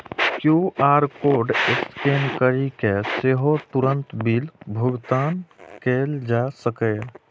QR code scan करि कें सेहो तुरंत बिल भुगतान कैल जा सकैए